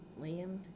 Liam